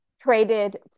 traded